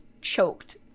choked